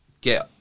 get